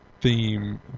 theme